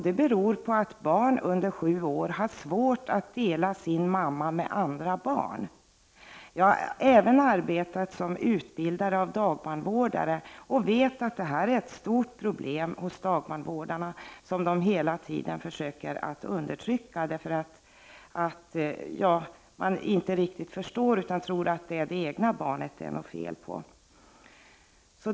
Det beror på att barn under sju år har svårt att dela sin mamma med andra barn. Jag har även arbetat som utbildare av dagbarnvårdare och vet att detta är ett stort problem hos dagbarnvårdarna, som de hela tiden försöker att undertrycka, därför att de inte riktigt förstår utan tror att det är det egna barnet som det är något fel på.